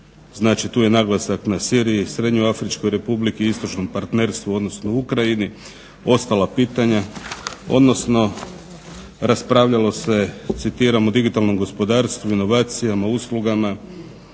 Znači tu je naglasak na Siriji, Srednjoafričkoj Republici, istočnom partnerstvu, odnosno Ukrajini, ostala pitanja, raspravljalo se, citiram o digitalnom gospodarstvu, inovacijama, uslugama,